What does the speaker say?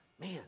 Man